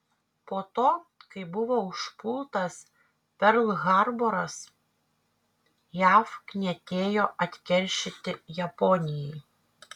po to kai buvo užpultas perl harboras jav knietėjo atkeršyti japonijai